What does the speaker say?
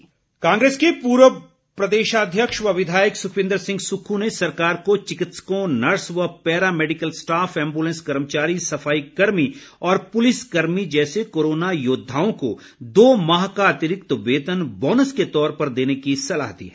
सुक्खू कांग्रेस के पूर्व प्रदेशाध्यक्ष व विधायक सुखिविन्दर सिंह सुक्खू ने सरकार को चिकित्सकों नर्स व पैरा मैडिकल स्टाफ एम्बुलेंस कर्मचारी सफाई कर्मी और पुलिस कर्मी जैसे कोरोना योद्वाओं को दो माह का अतिरिक्त वेतन बोनस के तौर पर देने की सलाह दी है